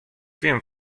wiem